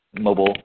mobile